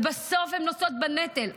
ובסוף הן נושאות בנטל,